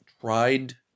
tried